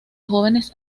jóvenes